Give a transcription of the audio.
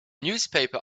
newspaper